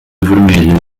vermelha